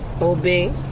Obey